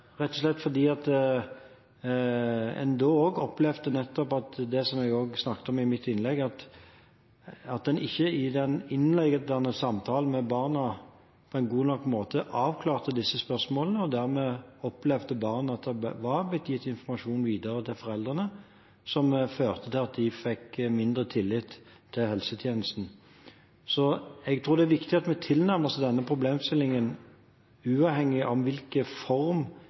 rett og slett fordi man også da opplevde det som jeg snakket om i mitt innlegg, at en ikke i den innledende samtalen med barna på en god nok måte avklarte disse spørsmålene, og dermed opplevde barna at det var blitt gitt informasjon videre til foreldrene, noe som førte til at de fikk mindre tillit til helsetjenesten. Jeg tror det er viktig at vi tilnærmer oss denne problemstillingen uavhengig av i hvilken form